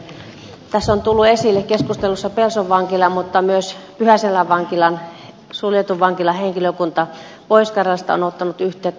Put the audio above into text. tässä on tullut esille keskustelussa pelson vankila mutta myös pyhäselän suljetun vankilan henkilökunta pohjois karjalasta on ottanut yhteyttä